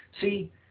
See